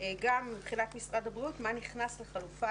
גם מבחינת משרד הבריאות מה נכנס לחלופה